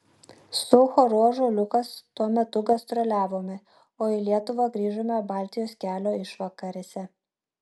su choru ąžuoliukas tuo metu gastroliavome o į lietuvą grįžome baltijos kelio išvakarėse